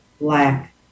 Black